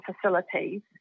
facilities